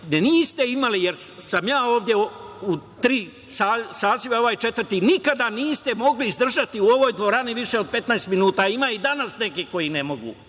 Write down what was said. gde niste imali jer sam ja ovde tri saziva, ovo je četvrti, i nikada niste mogli izdržati u ovoj dvorani više od 15 minuta, a ima i danas nekih koji ne mogu.